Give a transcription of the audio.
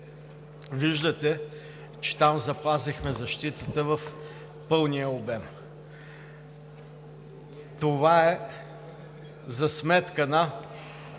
Виждате, че там запазихме защитата в пълния обем. Това е за сметка на